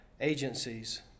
agencies